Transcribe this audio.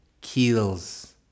kills